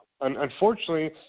unfortunately